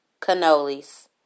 cannolis